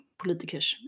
politikers